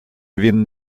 він